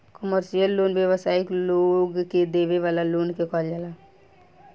commercial loan व्यावसायिक लोग के देवे वाला लोन के कहल जाला